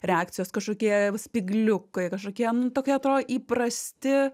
reakcijos kažkokie spygliukai kažkokie nu tokie atrodo įprasti